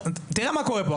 תראה מה קורה פה?